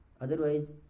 Otherwise